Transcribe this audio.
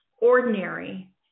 ordinary